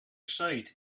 sight